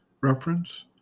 Reference